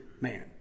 man